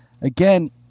Again